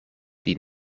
die